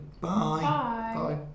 Bye